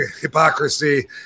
hypocrisy